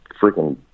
freaking